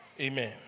Amen